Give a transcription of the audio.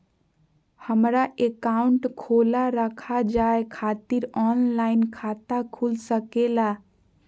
हमारा अकाउंट खोला रखा जाए खातिर ऑनलाइन खाता खुल सके ला?